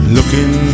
Looking